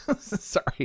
sorry